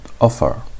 offer